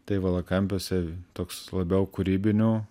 tai valakampiuose toks labiau kūrybinių